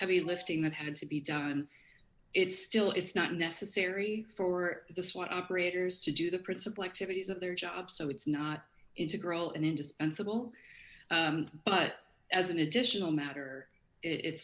heavy lifting that had to be done and it's still it's not necessary for this what operators to do the principal activities of their job so it's not integral and indispensable but as an additional matter it